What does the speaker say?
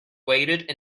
waited